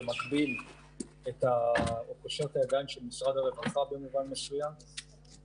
וקושר את הידיים של משרד הרווחה במובן מסוים,